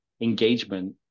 engagement